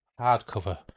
hardcover